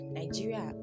nigeria